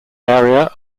area